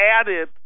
added